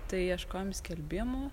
tai ieškojom skelbimų